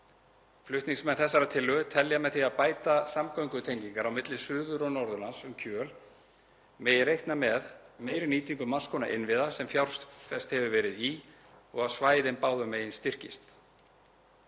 Flutningsmenn þessarar tillögu telja að með því að bæta samgöngutengingar á milli Suður- og Norðurlands um Kjöl megi reikna með meiri nýtingu margs konar innviða sem fjárfest hefur verið í og að svæðin báðum megin styrkist.